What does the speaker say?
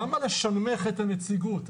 למה לשנמך את הנציגות?